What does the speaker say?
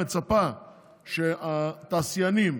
מצפה שהתעשיינים,